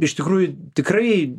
iš tikrųjų tikrai